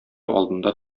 алдында